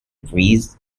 breeze